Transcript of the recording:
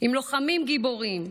"עם לוחמים גיבורים.